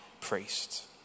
priest